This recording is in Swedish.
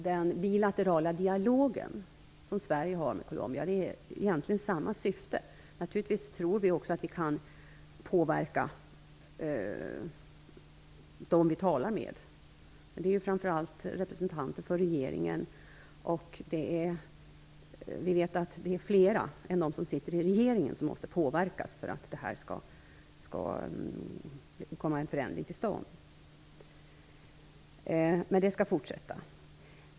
Den bilaterala dialog som Sverige har med Colombia tjänar egentligen samma syfte. Naturligtvis tror vi också att vi kan påverka dem vi talar med. Men det är framför allt representanter för regeringen. Vi vet att det är fler än dem som sitter i regeringen som måste påverkas för att en förändring skall komma till stånd. Det arbetet skall fortsätta.